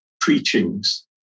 preachings